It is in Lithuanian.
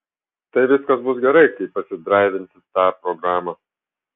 tai viskas bus gerai kai pasidraivinsi tą programą